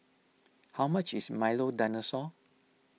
how much is Milo Dinosaur